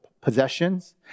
possessions